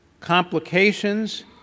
complications